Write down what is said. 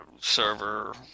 server